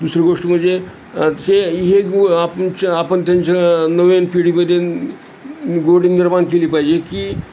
दुसरी गोष्ट म्हणजे ते हे आपच आपन त्यांच्या नवीन पिढीमध्ये गोडी निर्माण केली पाहिजे की ह्या